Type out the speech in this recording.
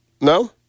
No